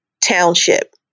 township